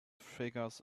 figures